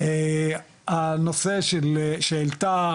הנושא שהעלתה